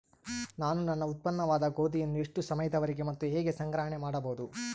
ನಾನು ನನ್ನ ಉತ್ಪನ್ನವಾದ ಗೋಧಿಯನ್ನು ಎಷ್ಟು ಸಮಯದವರೆಗೆ ಮತ್ತು ಹೇಗೆ ಸಂಗ್ರಹಣೆ ಮಾಡಬಹುದು?